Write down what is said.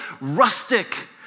rustic